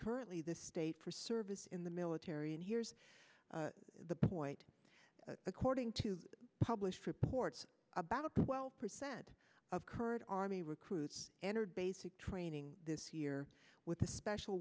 currently the state for service in the military and here's the point according to published reports about twelve percent of kurd army recruits entered basic training this year with a special